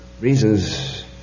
reasons